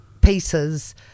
pieces